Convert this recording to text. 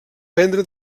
vendre